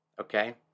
okay